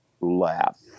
laugh